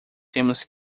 temos